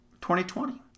2020